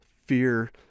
fear